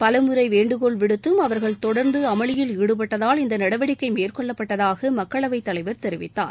பல முறை வேண்டுகோள் விடுத்தும் அவர்கள் தொடர்ந்து அமளியில் ஈடுபட்டதால் இந்த நடவடிக்கை மேற்கொள்ளப்பட்டதாக மக்களவைத் தலைவர் தெரிவித்தார்